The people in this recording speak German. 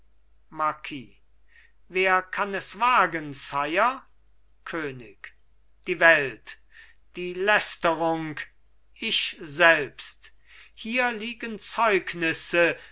marquis wer kann es wagen sire könig die welt die lästerung ich selbst hier liegen zeugnisse